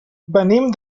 venim